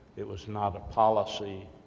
it was not a policy,